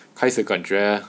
开始感觉